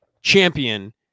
champion